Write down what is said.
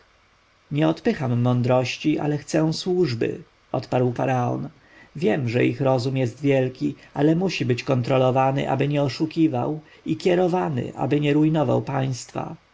nie odpycham mądrości ale chcę służby odparł faraon wiem że ich rozum jest wielki ale musi być kontrolowany aby nie oszukiwał i kierowany ażeby nie rujnował państwa